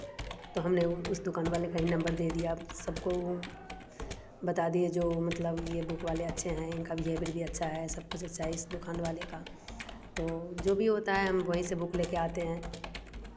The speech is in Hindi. तो हमने उस दुकान वाले का ही नंबर दे दिया सब को वह बता दिए जो मतलब यह बुक वाले अच्छे हैं इनका बिहेवियर भी अच्छा है सब कुछ अच्छा इस दुकान वाले का तो जो भी होता है हम वहीं से बुक लेकर आते हैं